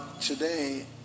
Today